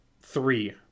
three